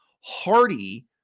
Hardy